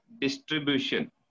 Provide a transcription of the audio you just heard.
distribution